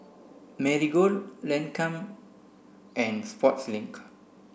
Marigold Lancome and Sportslink